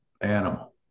animal